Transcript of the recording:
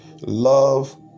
love